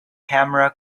camera